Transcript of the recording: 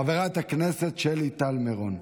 חברת הכנסת שלי טל מירון.